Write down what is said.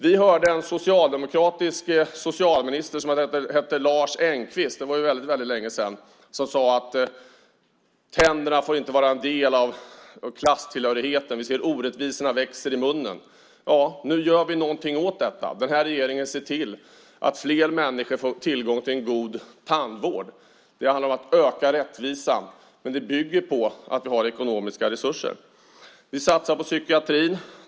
Vi hörde en socialdemokratisk socialminister som hette Lars Engqvist - det var väldigt länge sedan - som sade att tänderna inte får vara en del av klasstillhörigheten. Vi ser orättvisorna växa i munnen. Nu gör vi någonting åt detta. Den här regeringen ser till att fler människor får tillgång till en god tandvård. Det handlar om att öka rättvisan, men det bygger på att vi har ekonomiska resurser. Vi satsar på psykiatrin.